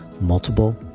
multiple